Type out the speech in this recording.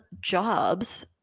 jobs